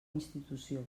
institució